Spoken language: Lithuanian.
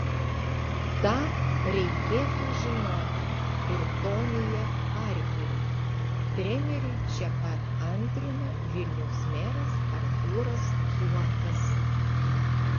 tą reikėtų žinoti ir tonyje parkeriui treneriui čia pat antrina vilniaus meras artūras zuokas